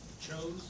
chose